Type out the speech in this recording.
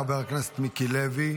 חבר הכנסת מיקי לוי,